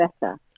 better